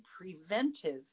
preventive